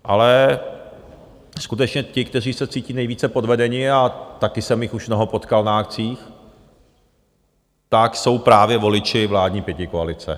Ale skutečně ti, kteří se cítí nejvíce podvedení, a také jsem jich už mnoho potkal na akcích, jsou právě voliči vládní pětikoalice.